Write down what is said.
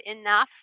enough